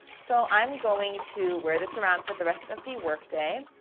so i'm going to wear this around for the rest of the work day.